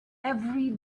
every